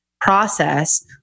process